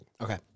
Okay